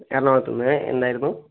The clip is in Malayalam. എറണാകുളത്തു നിന്ന് എന്നായിരുന്നു